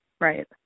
Right